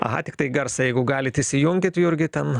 aha tiktai garsą jeigu galit įsijunkit jurgi ten